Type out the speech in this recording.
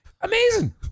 Amazing